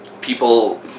people